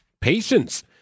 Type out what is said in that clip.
patience